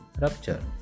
rupture